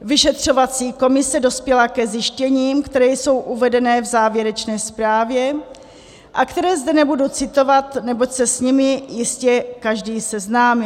Vyšetřovací komise dospěla ke zjištěním, která jsou uvedena v závěrečné zprávě a která zde nebudu citovat, neboť se s nimi jistě každý seznámil.